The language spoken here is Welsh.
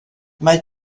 mae